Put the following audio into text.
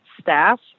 staff